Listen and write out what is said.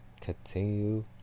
continue